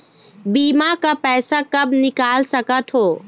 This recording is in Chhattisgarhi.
बीमा का पैसा कब निकाल सकत हो?